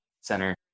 center